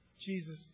Jesus